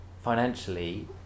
financially